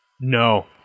No